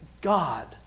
God